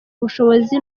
ubushobozi